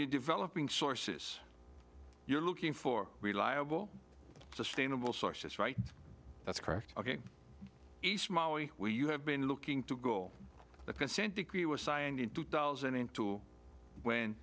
you developing sources you're looking for reliable sustainable sources right that's correct we you have been looking to the consent decree was signed in two thousand and two when